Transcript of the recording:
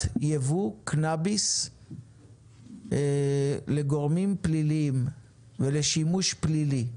ייבוא קנאביס לגורמים פליליים ולשימוש פלילי.